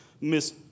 Miss